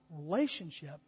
relationship